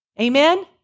Amen